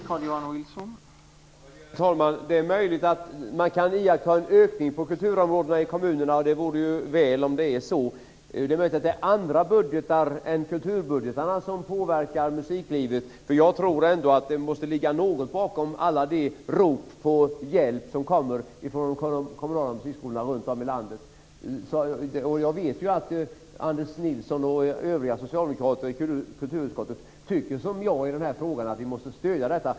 Herr talman! Det är möjligt att man kan iaktta en ökning på kulturområdet i kommunerna, och det vore väl om det är så. Det är möjligt att det är andra budgetar än kulturbudgetarna som påverkar musiklivet. Jag tror ändå att det måste ligga någonting bakom alla de rop på hjälp som kommer från de kommunala musikskolorna runt om i landet. Jag vet att Anders Nilsson och övriga socialdemokrater i kulturutskottet tycker som jag i denna fråga, att vi måste stödja detta.